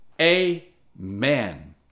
Amen